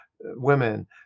women